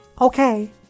Okay